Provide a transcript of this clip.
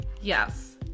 Yes